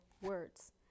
words